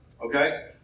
Okay